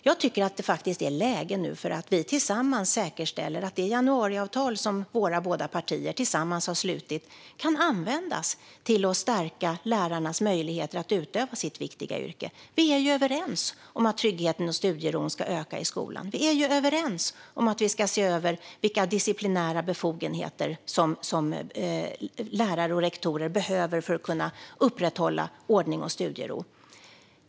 Det är nu läge för att vi tillsammans säkerställer att det januariavtal som våra båda partier tillsammans har slutit kan användas till att stärka lärarnas möjligheter att utöva sitt viktiga yrke. Vi är överens om att tryggheten och studieron ska öka i skolan. Vi är överens om att vi ska se över vilka disciplinära befogenheter som lärare och rektorer behöver för att kunna upprätthålla ordning och studiero.